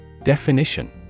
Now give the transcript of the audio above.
Definition